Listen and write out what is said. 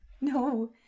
no